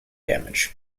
damage